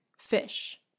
fish